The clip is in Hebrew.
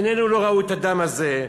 עינינו לא ראו את הדם הזה.